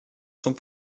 sont